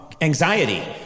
anxiety